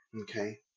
okay